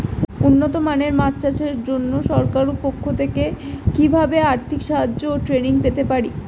উন্নত মানের মাছ চাষের জন্য সরকার পক্ষ থেকে কিভাবে আর্থিক সাহায্য ও ট্রেনিং পেতে পারি?